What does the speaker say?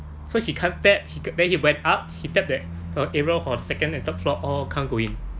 so he can't tap then he went up he tap the area for second and third floor all can't go in